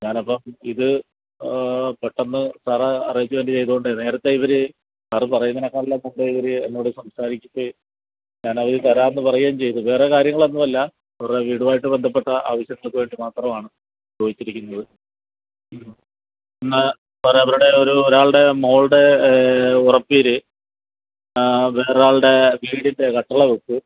ഞാനപ്പോൾ ഇത് പെട്ടന്ന് സാറ് അറേജ്മെൻറ്റ് ചെയ്തോണ്ട് നേരത്തെ ഇവർ സാർ പറയുന്നതിനെക്കാളും മുമ്പേ ഇവർ എന്നോട് സംസാരിച്ചിട്ട് ഞാൻ അത് തരാമെന്ന് പറയേം ചെയ്തു വേറെ കാര്യങ്ങളൊന്നും അല്ല അവരെ വീടുമായിട്ട് ബന്ധപ്പെട്ട ആവശ്യങ്ങൾക്ക് വേണ്ടി മാത്രമാണ് ചോദിച്ചിരിക്കുന്നത് ഒന്ന് സാറേ അവരുടെ ഒരു ഒരാളുടെ മോളുടെ ഉറപ്പീര് വേറൊരാളുടെ വീടിൻ്റെ കട്ടിള വെപ്പ്